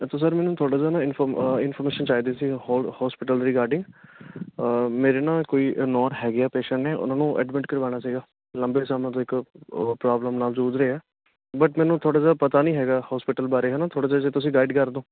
ਤੁਹਾਡੇ ਤੋਂ ਸਰ ਮੈਨੂੰ ਤੁਹਾਡੇ ਤੋਂ ਨਾ ਇਨਫੋਰਮ ਇਨਫੋਰਮੇਸ਼ਨ ਚਾਹੀਦੀ ਸੀ ਹੋਸ ਹੋਸਪੀਟਲ ਰਿਗਾਰਡਿੰਗ ਮੇਰੇ ਨਾ ਕੋਈ ਨੋਨ ਹੈਗੇ ਆ ਪੇਸ਼ੈਂਟ ਨੇ ਉਹਨਾਂ ਨੂੰ ਐਡਮਿਟ ਕਰਵਾਉਣਾ ਸੀਗਾ ਲੰਬੇ ਸਮੇਂ ਤੋਂ ਇੱਕ ਪ੍ਰੋਬਲਮ ਨਾਲ ਜੂਝ ਰਹੇ ਆ ਬਟ ਮੈਨੂੰ ਥੋੜ੍ਹਾ ਜਿਹਾ ਪਤਾ ਨੀ ਹੈਗਾ ਹੋਸਪੀਟਲ ਬਾਰੇ ਹੈ ਨਾ ਥੋੜ੍ਹਾ ਜਿਹਾ ਜੇ ਤੁਸੀਂ ਗਾਈਡ ਕਰਦੋ